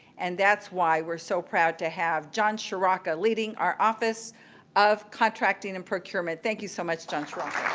and that's why we're so proud to have john shoraka leading our office of contracting and procurement. thank you so much, john shoraka.